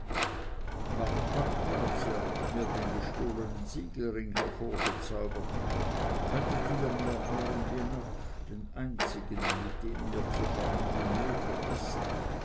ihr habt mir den gestohlenen siegelring hervorgezaubert könntet ihr mir euern jenatsch den einzigen mit dem mir zu verhandeln möglich ist